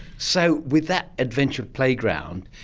so with that adventure playground,